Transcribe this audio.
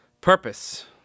purpose